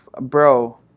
bro